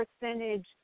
percentage